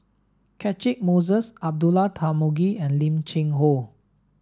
Catchick Moses Abdullah Tarmugi and Lim Cheng Hoe